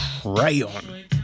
Crayon